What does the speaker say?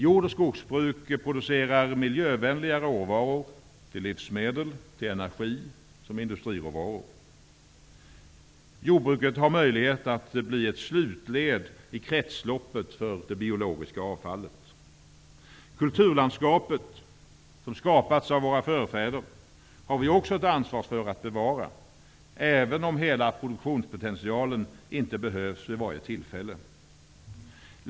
Jordoch skogsbruk producerar miljövänliga råvaror till livsmedel, energi och industri. Jordbruket har möjlighet att bli ett slutled i kretsloppet för det biologiska avfallet. Vi har också ett ansvar för att bevara kulturlandskapet, som skapats av våra förfäder, även om hela produktionspotentialen inte behövs vid varje tillfälle.